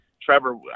Trevor